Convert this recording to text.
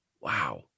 Wow